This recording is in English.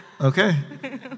Okay